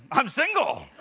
i'm single!